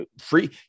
free